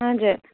हजुर